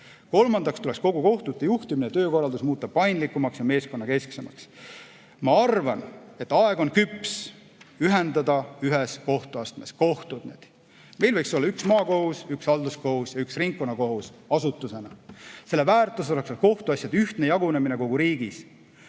Kolmandaks tuleks kogu kohtute juhtimine ja töökorraldus muuta paindlikumaks ja meeskonnakesksemaks. Ma arvan, et aeg on küps ühendada ühes kohtuastmes kohtud. Meil võiks olla üks maakohus, üks halduskohus ja üks ringkonnakohus asutusena. Selle väärtus oleks kohtuasjade ühtne jagunemine kogu riigis.